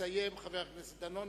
יסיים חבר הכנסת דני דנון.